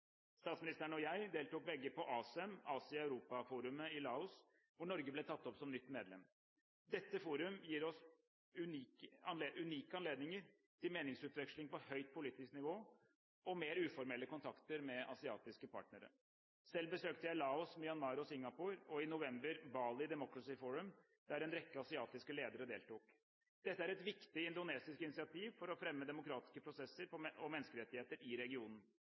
Statsministeren og jeg deltok begge på ASEM, Asia–Europa-forumet, i Laos, hvor Norge ble tatt opp som nytt medlem. Dette forumet gir oss unike anledninger til meningsutveksling på høyt politisk nivå og mer uformelle kontakter med asiatiske partnere. Selv besøkte jeg Laos, Myanmar og Singapore og i november Bali Democracy Forum der en rekke asiatiske ledere deltok. Dette er et viktig indonesisk initiativ for å fremme demokratiske prosesser og menneskerettigheter i regionen.